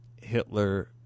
Hitler